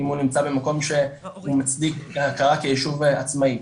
אם הוא נמצא במקום שהוא מצדיק הכרה כיישוב עצמאי.